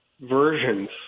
versions